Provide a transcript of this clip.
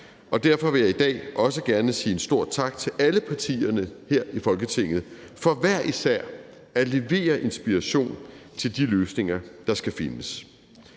Derfor vil jeg i dag også gerne sige en stor tak til alle partierne her i Folketinget for hver især at levere inspiration til de løsninger, der skal findes.